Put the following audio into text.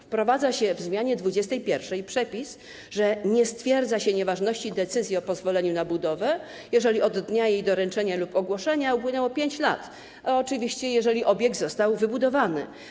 Wprowadza się w zmianie 21. przepis, że nie stwierdza się nieważności decyzji o pozwoleniu na budowę, jeżeli od dnia jej doręczenia lub ogłoszenia upłynęło 5 lat - oczywiście jeżeli obiekt został wybudowany.